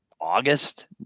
August